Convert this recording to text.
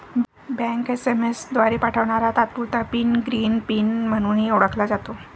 bank SMS द्वारे पाठवणारा तात्पुरता पिन ग्रीन पिन म्हणूनही ओळखला जातो